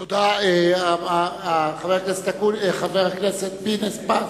תודה, חבר הכנסת פינס-פז.